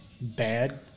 bad